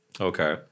Okay